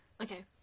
Okay